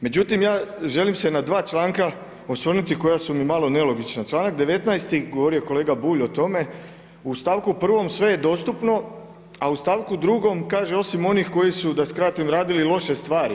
Međutim, ja želim se na dva članka osvrnuti koja su mi malo nelogična, članak 19. govorio je kolega Bulj o tome u stavku 1. sve je dostupno, a u stavku 2. kaže osim onih koji su da skratim, radili loše stvari.